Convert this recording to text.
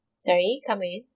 sorry come again